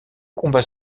combat